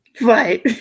Right